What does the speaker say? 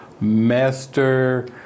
master